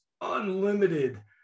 unlimited